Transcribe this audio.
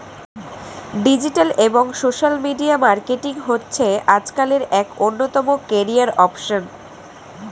digital এবং social media marketing হচ্ছে আজকালের এক অন্যতম ক্যারিয়ার অপসন